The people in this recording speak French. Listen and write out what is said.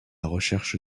recherche